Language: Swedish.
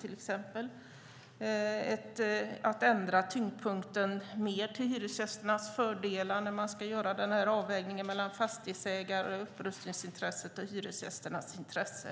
Det är att ändra tyngdpunkten så att den är mer till hyresgästernas fördel när avvägningen ska göras mellan fastighetsägarnas upprustningsintresse och hyresgästernas intresse.